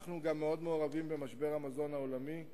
אנחנו גם מעורבים במשבר המזון העולמי.